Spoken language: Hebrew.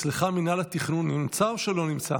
אצלך מינהל התכנון נמצא או שלא נמצא?